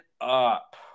up